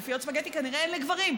גופיות ספגטי כנראה אין לגברים.